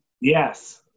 Yes